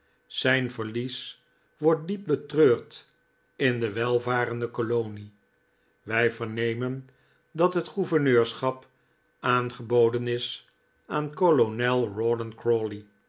zijn verlies wordt diep betreurd in de welvarende kolonie wij vernemen dat het gouverneurschap aangeboden is aan kolonel